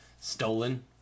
Stolen